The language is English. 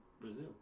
Brazil